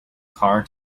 car